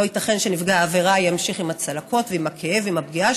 לא ייתכן שנפגע עבירה ימשיך עם הצלקות ועם הכאב ועם הפגיעה